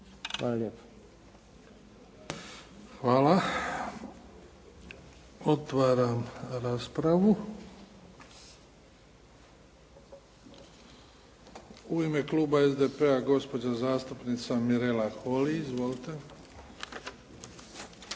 Hvala. Otvaram raspravu. U ime kluba SDP-a gospođa zastupnica Mirela Holy. Izvolite.